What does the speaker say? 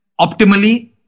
optimally